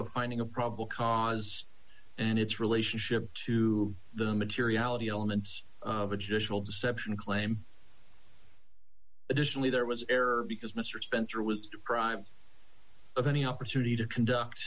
a finding of probable cause and its relationship to the materiality elements of a judicial deception claim additionally there was error because mister spencer was deprived of any opportunity to conduct